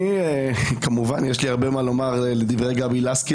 אני כמובן יש לי הרבה מה לומר לדברי גבי לסקי